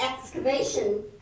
excavation